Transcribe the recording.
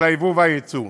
היבוא והיצוא.